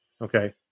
okay